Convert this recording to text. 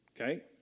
Okay